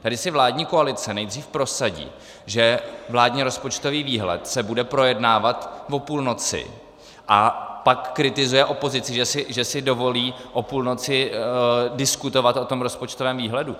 Tady si vládní koalice nejdřív prosadí, že vládní rozpočtový výhled se bude projednávat o půlnoci, a pak kritizuje opozici, že si dovolí o půlnoci diskutovat o tom rozpočtovém výhledu!